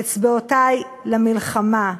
אצבעותי למלחמה".